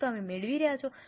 શું તમે મેળવી રહ્યા છો